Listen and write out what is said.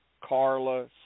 Carla